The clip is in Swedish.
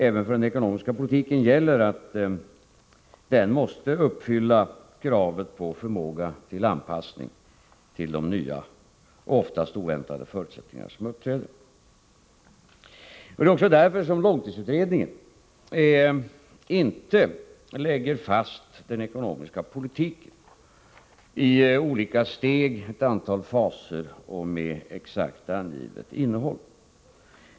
Även för den ekonomiska politiken gäller att den måste uppfylla kravet på förmåga till anpassning till de nya och oftast oväntade förutsättningar som uppträder. Det är också därför som långtidsutredningen inte lägger fast den ekonomiska politiken i olika steg eller ett antal faser med exakt angivet innehåll.